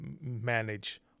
manage